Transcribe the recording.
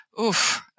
oof